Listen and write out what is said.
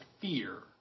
fear